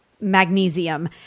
magnesium